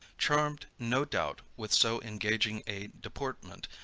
charmed, no doubt, with so engaging a deportment,